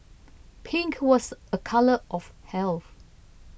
pink was a colour of health